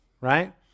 right